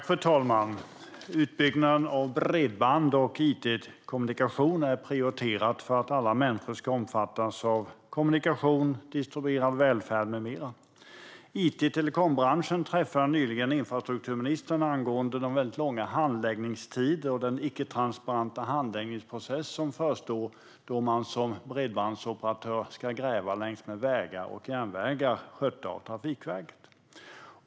Fru talman! Utbyggnaden av bredband och it-kommunikation är prioriterad för att alla människor ska omfattas av kommunikation, distribuerad välfärd med mera. It och telekombranschen träffade nyligen infrastrukturministern angående de långa handläggningstiderna och den icke-transparenta handläggningsprocess som förestår bredbandsoperatörer som ska gräva längs med vägar och järnvägar som sköts av Trafikverket.